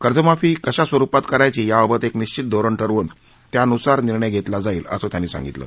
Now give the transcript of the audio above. कर्जमाफी कशा स्वरुपात करायची याबाबत एक निशित धोरण ठरवून त्यानुसार निर्णय घेतला जाईल असं त्यांनी सांगितलं